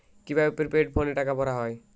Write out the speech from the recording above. কি ভাবে প্রিপেইড ফোনে টাকা ভরা হয়?